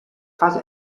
发展